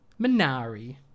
Minari